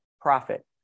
profit